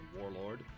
Warlord